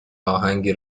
اهنگی